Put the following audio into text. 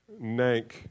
nank